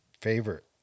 favorite